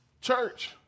church